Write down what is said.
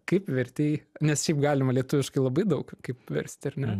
kaip vertei nes šiaip galima lietuviškai labai daug kaip versti ar ne